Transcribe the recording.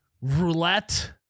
roulette